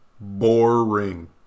Boring